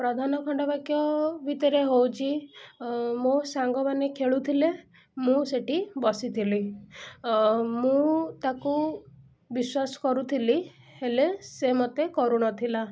ପ୍ରଧାନ ଖଣ୍ଡବାକ୍ୟ ଭିତରେ ହେଉଛି ମୋ ସାଙ୍ଗମାନେ ଖେଳୁଥିଲେ ମୁଁ ସେଠି ବସିଥିଲି ମୁଁ ତାକୁ ବିଶ୍ୱାସ କରୁଥିଲି ହେଲେ ସେ କରୁନଥିଲା